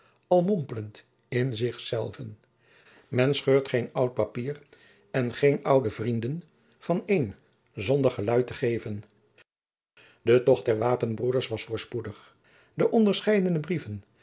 al mompelend in zich zelven men scheurt geen oud papier en geen oude vrienden van een zonder geluid te geven de tocht der wapenbroeders was voorspoedig de onderscheidene brieven